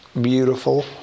Beautiful